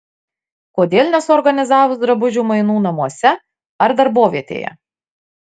kodėl nesuorganizavus drabužių mainų namuose ar darbovietėje